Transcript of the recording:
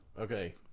Okay